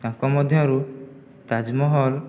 ତାଙ୍କ ମଧ୍ୟରୁ ତାଜମହଲ